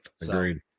agreed